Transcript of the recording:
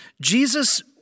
Jesus